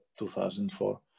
2004